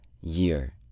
year